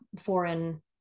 foreign